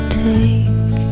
take